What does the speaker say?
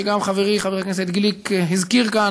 שגם חברי חבר הכנסת גליק הזכיר כאן,